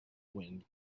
wind